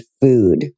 food